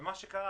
מה שקרה,